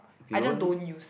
I just don't use